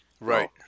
right